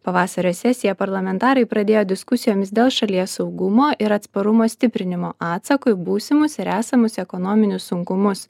pavasario sesiją parlamentarai pradėjo diskusijomis dėl šalies saugumo ir atsparumo stiprinimo atsako į būsimus ir esamus ekonominius sunkumus